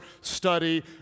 study